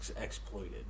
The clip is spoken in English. exploited